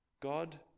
God